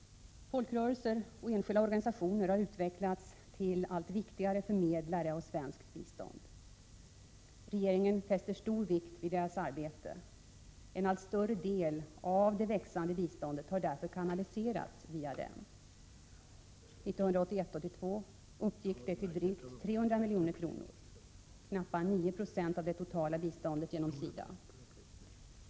Folkrörelser och enskilda organisationer har utvecklats till att vara allt viktigare förmedlare av svenskt bistånd. Regeringen fäster stor vikt vid deras arbete. En allt större del av det växande biståndet har därför kanaliserats via dessa. 1981/82 uppgick biståndet till drygt 300 milj.kr., knappt 9 20 av det totala biståndet genom SIDA.